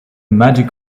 magic